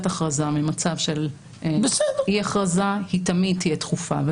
הכרזה ממצב של אי הכרזה היא תמיד תהיה דחופה.